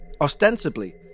Ostensibly